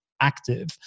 active